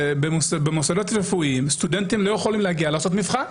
במוסדות רפואיים, סטודנטים לא יכולים להגיע למבחן.